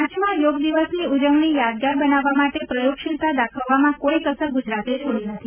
પાંચમા યોગ દિવસની ઉજવણી યાદગાર બનાવવા માટે પ્રયોગશીલતા દાખવવામાં કોઇ કસર ગુજરાતે છોડી નથી